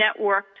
networked